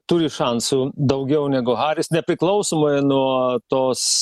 turi šansų daugiau negu haris nepriklausomai nuo tos